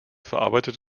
verarbeitet